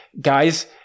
guys